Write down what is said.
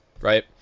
right